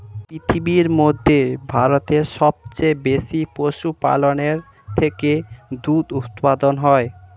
পৃথিবীর মধ্যে ভারতে সবচেয়ে বেশি পশুপালনের থেকে দুধ উৎপন্ন হয়